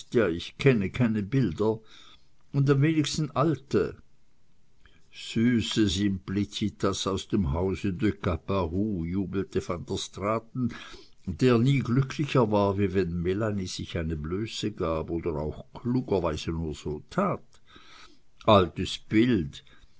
ich kenne keine bilder und am wenigsten alte süße simplicitas aus dem hause de caparoux jubelte van der straaten der nie glücklicher war wie wenn melanie sich eine blöße gab oder auch klugerweise nur so tat altes bild